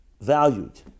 valued